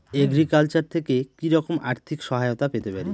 Agriculture থেকে কি রকম আর্থিক সহায়তা পেতে পারি?